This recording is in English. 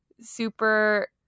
super